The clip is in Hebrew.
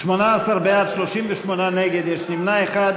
בעד, 18, 38 נגד, נמנע אחד.